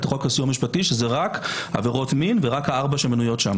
לחוק לסיוע משפטי שזה רק עבירות מין ורק הארבע שמנויות שם.